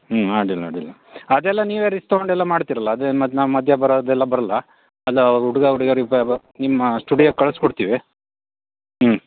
ಹ್ಞೂ ಅಡ್ಡಿಲ್ಲ ಅಡ್ಡಿಲ್ಲ ಅದೆಲ್ಲ ನೀವೆ ರಿಸ್ಕ್ ತಗೊಂಡು ಎಲ್ಲ ಮಾಡ್ತಿರಲ್ಲ ಅದು ಮತ್ತೆ ನಾವು ಮಧ್ಯ ಬರೋದೆಲ್ಲ ಬರಲ್ಲ ಅದು ಹುಡುಗ ಹುಡುಗ್ಯರಿಬ್ರ್ ನಿಮ್ಮ ಸ್ಟುಡಿಯೋಗೆ ಕಳ್ಸಿ ಕೊಡ್ತೀವಿ ಹ್ಞೂ